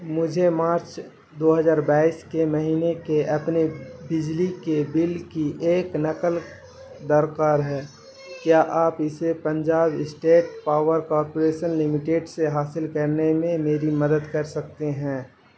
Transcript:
مجھے مارچ دو ہزار بائیس کے مہینے کے اپنے بجلی کے بل کی ایک نقل درکار ہے کیا آپ اسے Punjab state power corporation limited سے حاصل کرنے میں میری مدد کر سکتے ہیں